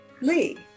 Lee